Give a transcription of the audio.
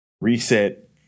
Reset